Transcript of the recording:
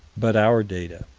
but our data